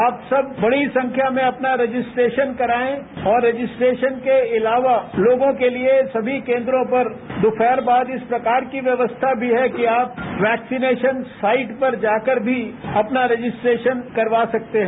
आप सब बड़ी संख्या में अपना रजिस्ट्रेशन कराएं और रजिस्ट्रेशन के अलावा लोगों के लिए समी केन्द्रों पर दोपहर बाद इस प्रकार की व्यवस्था भी है कि आप वैक्सीनेशन साइट पर जाकर भी अपना रजिस्ट्रेशन करवा सकते हैं